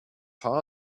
how